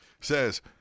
says